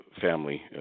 family